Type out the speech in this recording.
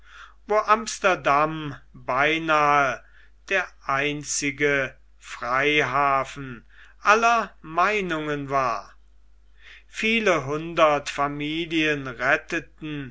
wo amsterdam beinahe der einzige freihafen aller meinungen war viele hundert familien retteten